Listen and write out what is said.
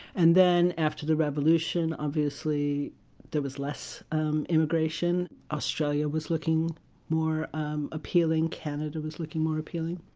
and then after the revolution, obviously there was less um immigration australia was looking more um appealing canada was looking more appealing.